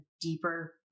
deeper